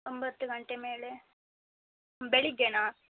ಒಂಬತ್ತು ಗಂಟೆ ಮೇಲೆ ಬೆಳಿಗ್ಗೆನಾ